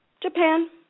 Japan